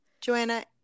Joanna